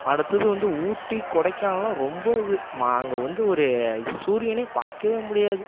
அடுத்தது வந்து ஊட்டி கொடைக்கானல்லாம் ரொம்ப இது மா அங்கே வந்து ஒரு சூரியனே பார்க்கவே முடியாது